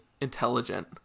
intelligent